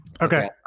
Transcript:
Okay